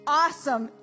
awesome